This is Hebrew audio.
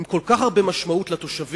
עם כל כך הרבה משמעות לתושבים,